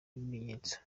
bimenyetso